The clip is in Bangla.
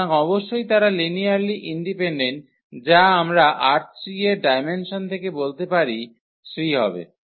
সুতরাং অবশ্যই তারা লিনিয়ারলি ইন্ডিপেনডেন্ট যা আমরা ℝ3 এর ডায়মেনসন থেকে বলতে পারি 3 হবে